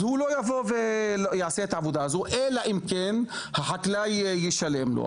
אז הוא לא יבוא ויעשה את העבודה הזו אלא אם כן החקלאי ישלם לו,